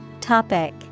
Topic